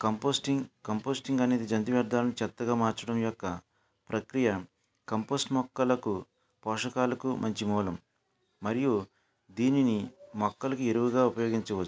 composting composting అనేది జంతు వ్యర్ధాలను చెత్తగా మార్చడం యొక్క ప్రక్రియ కంపోస్ట్ మొక్కలకు పోషకాలకు మంచి మూలం మరియు దీనిని మొక్కలకు ఎరువుగా ఉపయోగించవచ్చు